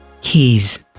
Keys